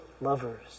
lovers